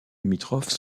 limitrophes